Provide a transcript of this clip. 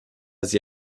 sie